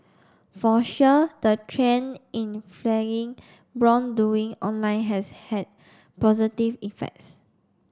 for sure the trend in flagging wrongdoing online has had positive effects